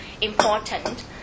important